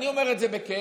אני אומר את זה בכאב.